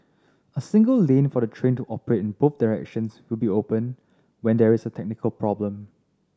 a single lane for the train to operate in both directions will be open when there is a technical problem